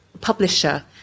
publisher